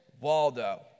Waldo